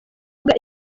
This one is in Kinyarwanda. uvuga